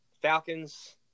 Falcons